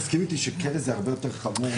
תסכים איתי שכלא זה הרבה יותר חמור.